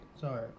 Sorry